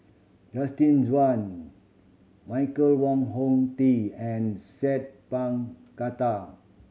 Justin Zhuang Michael Wong Hong Teng and Sat Pal Khattar